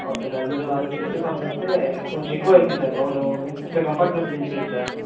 okay sir మీరు అవి చెప్పి పంపిస్తే కొంచెం ఎక్కువ అవుతుంది సార్ క్రౌడు ముప్పై కంపార్ట్మెంట్లు నిండిపోయింది సార్